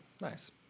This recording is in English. Nice